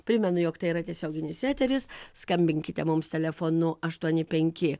primenu jog tai yra tiesioginis eteris skambinkite mums telefonu aštuoni penki